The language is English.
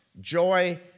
joy